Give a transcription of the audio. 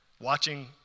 watching